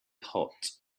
hot